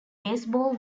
baseball